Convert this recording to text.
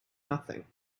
nothing